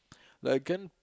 like I can